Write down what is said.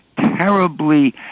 terribly